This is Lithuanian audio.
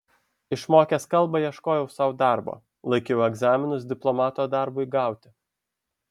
išmokęs kalbą ieškojau sau darbo laikiau egzaminus diplomato darbui gauti